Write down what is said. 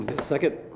Second